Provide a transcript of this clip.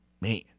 man